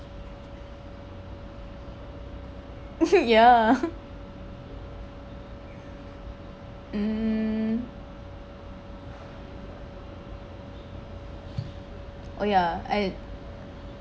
ya mm oh ya I